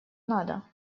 надо